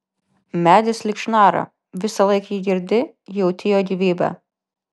medis lyg šnara visąlaik jį girdi jauti jo gyvybę